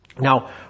Now